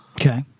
Okay